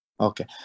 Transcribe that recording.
Okay